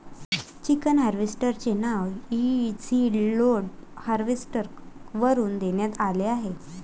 chicken harvester चे नाव easy load harvester वरून देण्यात आले आहे